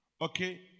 Okay